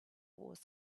wars